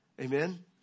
Amen